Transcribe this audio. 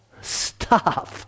stop